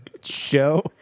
show